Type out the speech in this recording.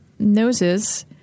noses